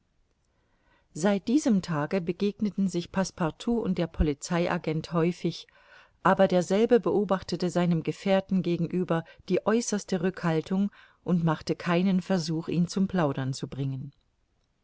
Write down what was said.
seit diesem tage begegneten sich passepartout und der polizei agent häufig aber derselbe beobachtete seinem gefährten gegenüber die äußerste rückhaltung und machte keinen versuch ihn zum plaudern zu bringen